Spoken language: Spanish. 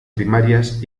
primarias